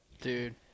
Dude